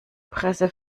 presse